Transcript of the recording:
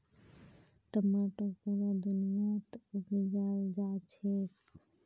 टमाटर पुरा दुनियात उपजाल जाछेक